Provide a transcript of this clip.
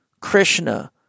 Krishna